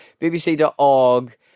bbc.org